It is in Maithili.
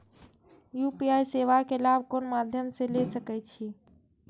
यू.पी.आई सेवा के लाभ कोन मध्यम से ले सके छी?